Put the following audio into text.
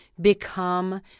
become